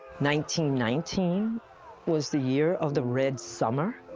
nineteen nineteen was the year of the red summer.